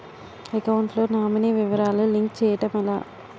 Account లో nominee వివరాలు link చేయటం ఎలా?